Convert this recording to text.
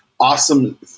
awesome